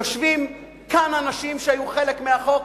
יושבים כאן אנשים שהיו להם חלק בחוק.